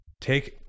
take